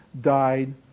died